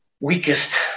weakest